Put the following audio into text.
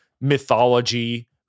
mythology